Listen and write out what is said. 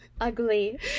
Ugly